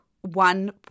one